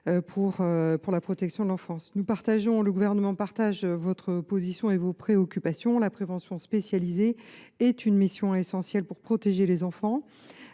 de la protection de l’enfance. Le Gouvernement partage votre position et vos préoccupations : la prévention spécialisée est une mission essentielle pour protéger les enfants.